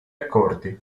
accordi